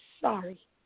sorry